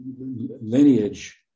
lineage